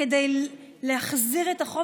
כדי להחזיר את החוב,